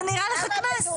זה נראה לך קנס?